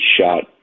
shot